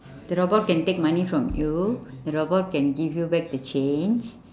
the robot can take money from you the robot can give you back the change